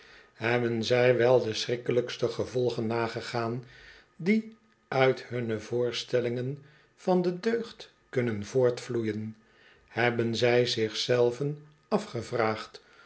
hebben zij wel de schrikkelijke gevolgen nagegaan die uit hunne voorstellingen van de deugd kunnen voortvloeien hebben zij zich zelven afgevraagd